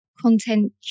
content